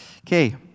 Okay